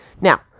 Now